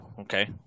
okay